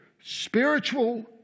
spiritual